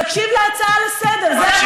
יקשיב להצעה לסדר-היום,